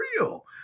real